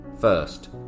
First